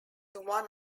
one